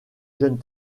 jeune